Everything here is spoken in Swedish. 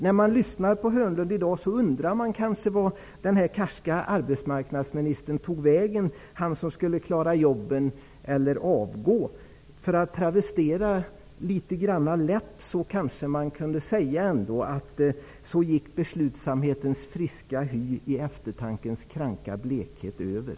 När man lyssnar på honom i dag undrar man vart vår karske arbetsmarknadsminister tog vägen, han som skulle klara jobben eller avgå. Det kan kanske med en lätt travestering beskrivas på följande sätt: Så gick beslutsamhetens friska hy i eftertankens kranka blekhet över.